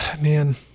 Man